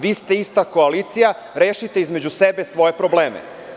Vi ste ista koalicija i rešite između sebe svoje probleme.